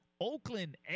oakland